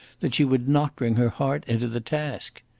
that she would not bring her heart into the task.